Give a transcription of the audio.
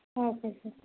ఆ okay sir